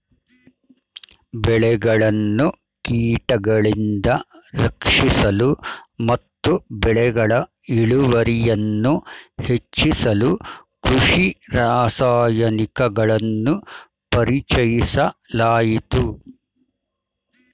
ಬೆಳೆಗಳನ್ನು ಕೀಟಗಳಿಂದ ರಕ್ಷಿಸಲು ಮತ್ತು ಬೆಳೆಗಳ ಇಳುವರಿಯನ್ನು ಹೆಚ್ಚಿಸಲು ಕೃಷಿ ರಾಸಾಯನಿಕಗಳನ್ನು ಪರಿಚಯಿಸಲಾಯಿತು